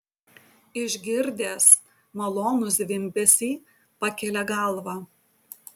išgirdęs malonų zvimbesį pakelia galvą